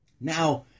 Now